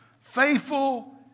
Faithful